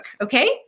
Okay